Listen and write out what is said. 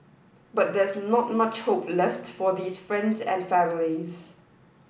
but there's not much hope left for these friends and families